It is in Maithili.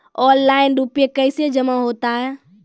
ऑनलाइन रुपये कैसे जमा होता हैं?